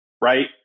right